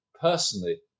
personally